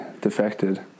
defected